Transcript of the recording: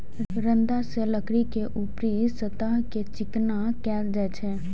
रंदा सं लकड़ी के ऊपरी सतह कें चिकना कैल जाइ छै